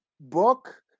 book